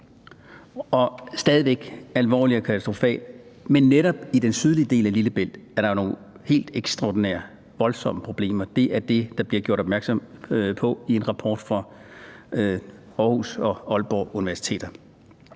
væk er alvorlig og katastrofal i netop den sydlige del af Lillebælt, hvor der er nogle helt ekstraordinære og voldsomme problemer. Det er det, der bliver gjort opmærksom på i en rapport fra Aarhus og Aalborg universiteter.